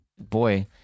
boy